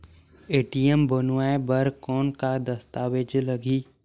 ATM बनवाय बर कौन का दस्तावेज लगही?